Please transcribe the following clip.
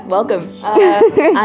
Welcome